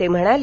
ते म्हणाले